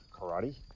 karate